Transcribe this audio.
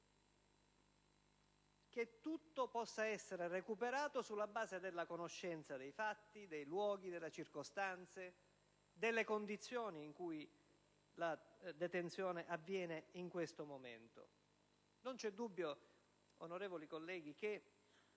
che tutto possa essere recuperato sulla base della conoscenza dei fatti, dei luoghi e delle circostanze e delle condizioni in cui la detenzione avviene in questo momento. Non c'è dubbio, onorevoli colleghi, che